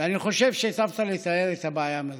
ואני חושב שהיטבת לתאר את הבעיה המרכזית.